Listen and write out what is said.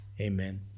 Amen